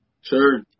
sure